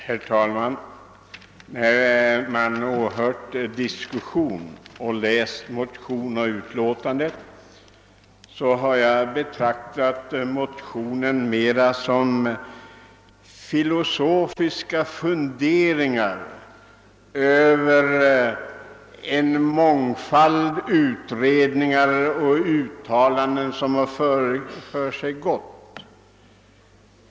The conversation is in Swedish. Herr talman! När jag läst motionen och utskottsutlåtandet och även när jag åhört debatten har jag funnit, att motionen närmast bör betraktas som filosofiska funderingar över den mångfald utredningar och uttalanden som gjorts.